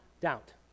doubt